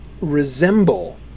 resemble